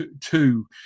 two